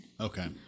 Okay